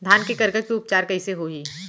धान के करगा के उपचार कइसे होही?